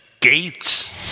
Gates